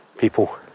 people